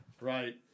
right